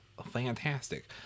Fantastic